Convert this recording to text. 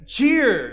Cheer